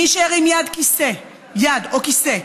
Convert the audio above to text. מי שהרים יד או כיסא,